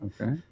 Okay